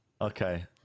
okay